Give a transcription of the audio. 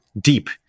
deep